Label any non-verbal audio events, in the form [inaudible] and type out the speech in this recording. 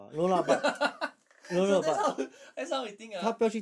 [laughs] [breath] so that's how [breath] that's how we think ah